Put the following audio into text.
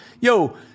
Yo